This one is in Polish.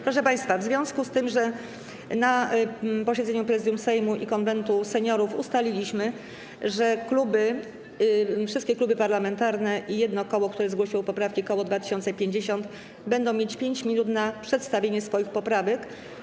Proszę państwa, na posiedzeniu Prezydium Sejmu i Konwentu Seniorów ustaliliśmy, że wszystkie kluby parlamentarne i jedno koło, które zgłosiło poprawki, koło 2050, będą mieć 5 minut na przedstawienie swoich poprawek.